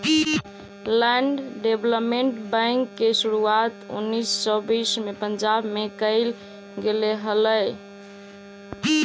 land development bank के शुरुआत उन्नीस सौ बीस में पंजाब में कैल गेले हलइ